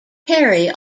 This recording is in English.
perry